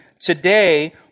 Today